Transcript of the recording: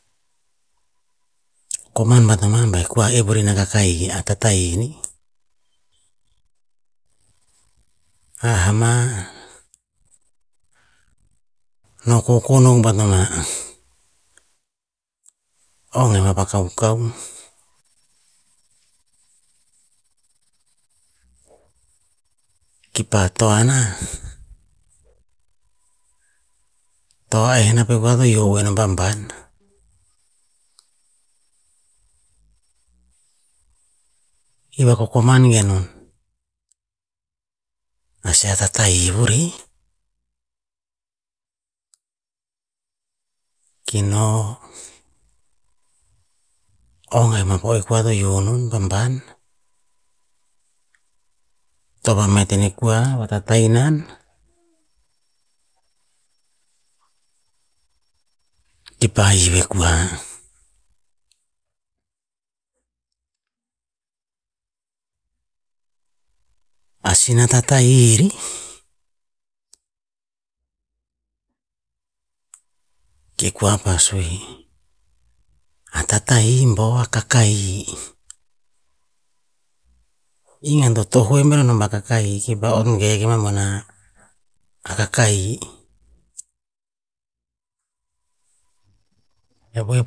Koman bata ma ba kua e vurina kaka'ih a tah tahi nih. Hah ama, no kokon o bat nama, ong en ma pa kaukau. Kipa toa nah, toa eh neh pe kua to va ioh nom pa ban, ki vakokoman ge nom, a sia tah tahi vur eh. Ki no, ong a'en po e kua to ioh non pa ban, toa vamet ineh kua vatatainan, kipa hiv e kua. "A sina tah tahi eri?" Ke kua pa sue, "a tah tahi bo a kaka-ih." I gen to hue meno nom ba kaka'ih kipa ot ge vava moana a kaka'ih. E vue